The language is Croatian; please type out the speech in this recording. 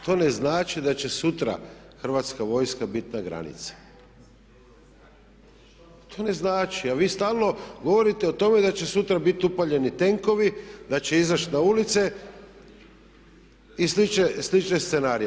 To ne znači da će sutra hrvatska vojska bit na granici. to ne znači, a vi stalno govorite o tome da će sutra biti upaljeni tenkovi, da će izaći na ulice i slične scenarije.